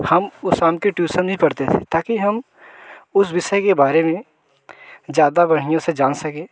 हम उस शाम के ट्यूसन नहीं पढ़ते थे ताकि हम उस विषय के बारे में ज़्यादा बढ़िया से जान सके